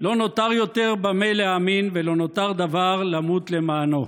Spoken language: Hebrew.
לא נותר יותר במה להאמין ולא נותר דבר למות למענו.